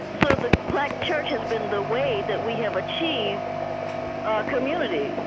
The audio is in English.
so the black church has been the way that we have achieved community.